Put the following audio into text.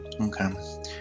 Okay